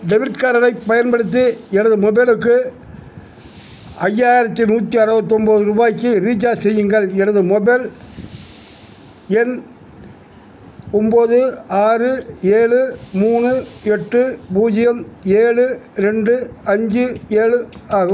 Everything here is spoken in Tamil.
டெபிட் கார்டைப் பயன்படுத்தி எனது மொபைலுக்கு ஐயாயிரத்து நூற்றி அறவத்தொம்பது ரூபாய்க்கு ரீசார்ஜ் செய்யுங்கள் எனது மொபைல் எண் ஒம்பது ஆறு ஏழு மூணு எட்டு பூஜ்ஜியம் ஏழு ரெண்டு அஞ்சு ஏழு ஆகும்